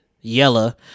Yella